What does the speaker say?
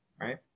right